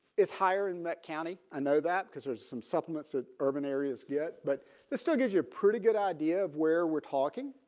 is higher in that county. i know that because there's some supplements at urban areas yet but it still gives you a pretty good idea of where we're talking